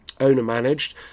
owner-managed